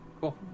cool